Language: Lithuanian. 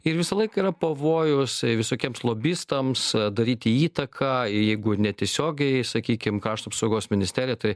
ir visąlaik yra pavojus visokiems lobistams daryti įtaką jeigu netiesiogiai sakykim krašto apsaugos ministerija tai